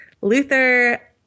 Luther